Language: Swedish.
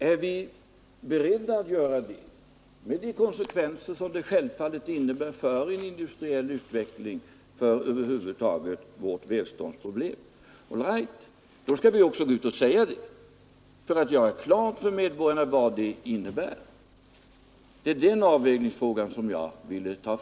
Är vi beredda att göra det med de konsekvenser som det självfallet innebär för den industriella utvecklingen och över huvud taget för vårt välståndsproblem? I så fall skall vi också göra klart för medborgarna vad det innebär. Det är den avvägningsfrågan som jag ville peka på.